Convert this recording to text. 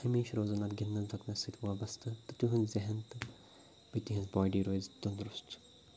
ہمیشہِ روزَن اَتھ گِنٛدنَس درٛوٚکنَس سۭتۍ وابسطہٕ تہٕ تِہُنٛد ذہن تہٕ بیٚیہِ تِہٕنٛز باڈی روزِ تنٛدرُست